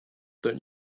don’t